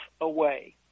Away